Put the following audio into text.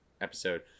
episode